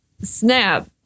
snap